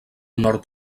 nord